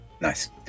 Nice